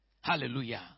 Hallelujah